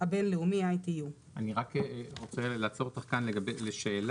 הבין-לאומי (ITU)." אני רק רוצה לעצור אותך כאן לשאלה.